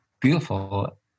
beautiful